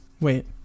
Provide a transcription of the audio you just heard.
wait